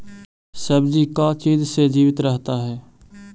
सब्जी का चीज से जीवित रहता है?